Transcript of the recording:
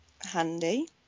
handy